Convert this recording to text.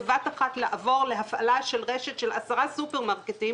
בבת-אחת להפעלת רשת של עשרה סופרמרקטים.